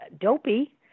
dopey